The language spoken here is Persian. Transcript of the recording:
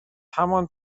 همان